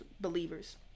believers